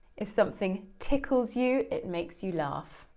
if something tickles you, it makes you laugh.